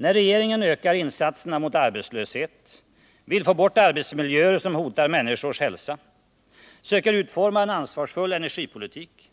När regeringen ökar insatserna mot arbetslöshet, vill få bort arbetsmiljöer som hotar människors hälsa, söker utforma en ansvarsfull energipolitik,